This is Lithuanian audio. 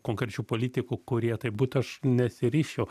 konkrečių politikų kurie tai būt aš nesiryžčiau